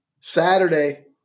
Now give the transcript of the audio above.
Saturday